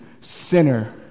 sinner